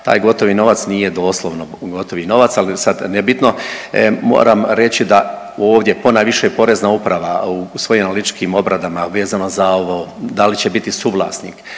taj gotovi novac nije doslovno gotovi novac, ali sada nebitno, moram reći da ovdje ponajviše Porezna uprava u svojim analitičkim obradama, vezano za ovo da li će biti suvlasnik,